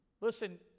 Listen